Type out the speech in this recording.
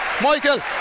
Michael